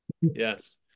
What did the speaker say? Yes